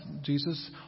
Jesus